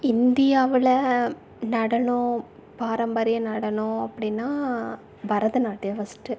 இந்தியாவில் நடனம் பாரம்பரிய நடனம் அப்படின்னா பரதநாட்டியம் ஃபஸ்ட்டு